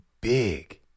big